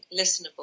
listenable